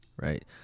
Right